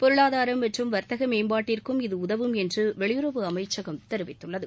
பொருளாதாரம் மற்றும் வர்த்தக மேம்பாட்டிற்கும் இது உதவும் என்று வெளியறவு அமைச்சகம் தெரிவித்துள்ளது